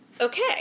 Okay